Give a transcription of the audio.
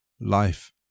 life